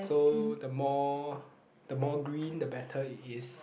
so the more the more green the better it is